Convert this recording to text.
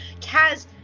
Kaz